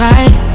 Right